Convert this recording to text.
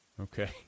Okay